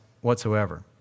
whatsoever